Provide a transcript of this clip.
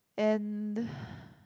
and